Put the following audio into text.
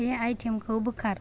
बे आइटेमखौ बोखार